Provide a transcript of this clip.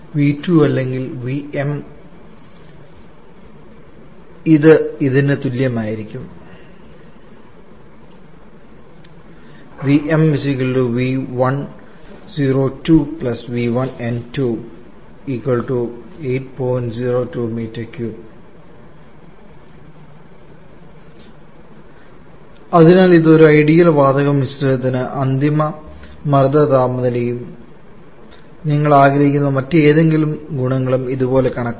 V2 അല്ലെങ്കിൽ Vm ഇത് ഇതിന് തുല്യമായിരിക്കണം അതിനാൽ ഇത് ഒരു ഐഡിയൽ വാതക മിശ്രിതത്തിനു അന്തിമ മർദ്ദ താപനിലയും നിങ്ങൾ ആഗ്രഹിക്കുന്ന മറ്റേതെങ്കിലും ഗുണങ്ങളും ഇതുപോലെ കണക്കാക്കാം